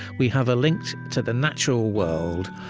we have a link to the natural world,